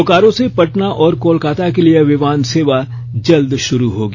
बोकारो से पटना और कोलकाता के लिए विमान सेवा जल्द श्रू होगी